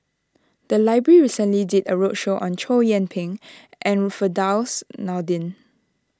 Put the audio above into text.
the library recently did a roadshow on Chow Yian Ping and Firdaus Nordin